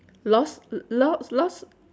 lost lo~ lost